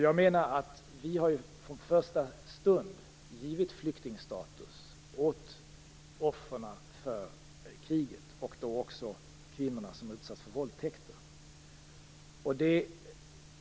Jag menar att vi från första stund har givit flyktingstatus åt offren för kriget och då också åt kvinnor som utsatts för våldtäkter.